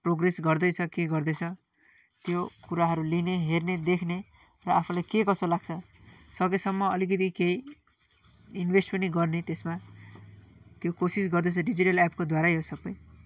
progress गर्दैछ के गर्दैछ त्यो कुराहरूले नै हेर्ने देख्ने र आफूलाई के कसो लाग्छ सकेसम्म अलिकति केही इन्भेस्ट पनि गर्ने त्यसमा त्यो कोसिस गर्दैछु डिजिटल एपकोद्वारै हो यो सबै